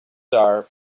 are